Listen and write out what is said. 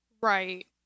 Right